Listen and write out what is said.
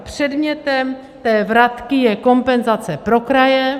Předmětem té vratky je kompenzace pro kraje.